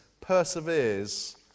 perseveres